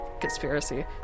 conspiracy